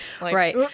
Right